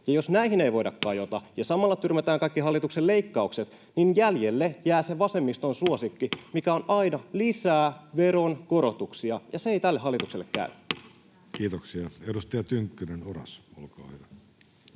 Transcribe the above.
Ja jos näihin ei voida kajota ja samalla tyrmätään kaikki hallituksen leikkaukset, niin jäljelle jää se vasemmiston suosikki, mikä on aina: ”lisää veronkorotuksia”. Ja se ei tälle hallitukselle käy. Kiitoksia. — Edustaja Tynkkynen, Oras, olkaa hyvä.